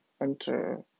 enter